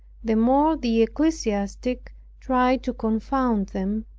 the more the ecclesiastic tried to confound them,